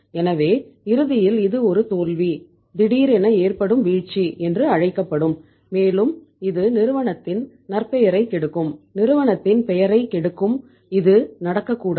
எனவே இறுதியில் இது ஒரு தோல்வி திடீர் என ஏற்படும் வீழ்ச்சி என்று அழைக்கப்படும் மேலும் இது நிறுவனத்தின் நற்பெயரைக் கெடுக்கும் நிறுவனத்தின் பெயரைக் கெடுக்கும் இது நடக்க கூடாது